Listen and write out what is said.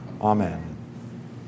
amen